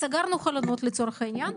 סגרנו חלונות לצורך העניין,